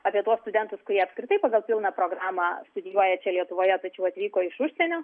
apie tuos studentus kurie apskritai pagal pilną programą studijuoja čia lietuvoje tačiau atvyko iš užsienio